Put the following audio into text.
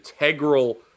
integral